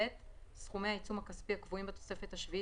(ב) סכומי העיצום הכספי הקבועים בתוספת השביעית